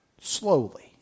slowly